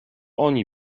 oni